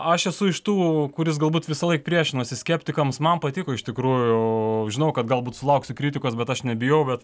aš esu iš tų kuris galbūt visąlaik priešinosi skeptikams man patiko iš tikrųjų žinau kad galbūt sulauksiu kritikos bet aš nebijau bet